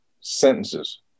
sentences